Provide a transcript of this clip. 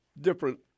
different